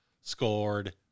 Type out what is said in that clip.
scored